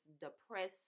depressed